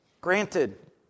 Granted